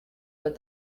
but